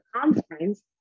conference